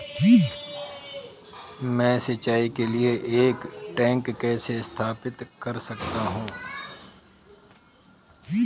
मैं सिंचाई के लिए एक टैंक कैसे स्थापित कर सकता हूँ?